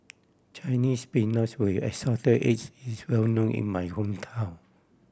Chinese Spinach with Assorted Eggs is well known in my hometown